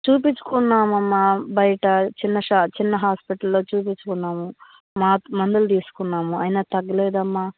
చూపించుకున్నామమ్మా బయట చిన్న షా చిన్న హాస్పిటల్లో చూపించుకున్నాము మా మందులు తీసుకున్నాము అయినా తగ్గలేదామ్మ